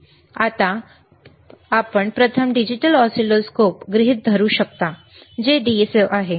आता आपण प्रथम डिजिटल ऑसिलोस्कोप गृहित धरू शकता जे DSO आहे